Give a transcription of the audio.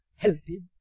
Healthy